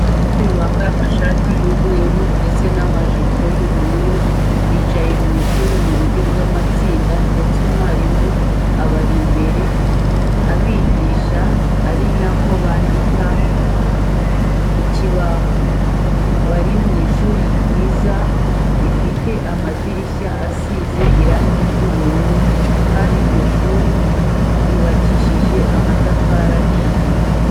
Abanyeshuri bamabye amashati y'imyeru ndetse n'amajipo y'ubururu bicayr mu ishuri mu buryo bw'amatsinda ndetse umwarimu abari ambere abigisha ari no kwandika ku kibaho. Bari mu ishuri ryiza rifite amadirishya asize iange ry'ubururu kandi iryo shuri ryubakishije amatafari ahiye.